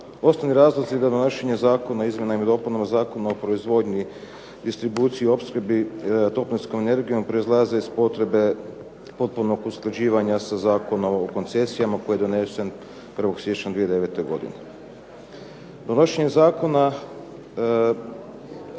Osnovni razlozi za donošenje Zakona o izmjenama i dopunama Zakona o proizvodnji, distribuciji i opskrbi toplinskom energijom proizlaze iz potrebe potpunog usklađivanja sa Zakonom o koncesijama koji je donesen 01. siječnja 2009. godine. Donošenjem zakona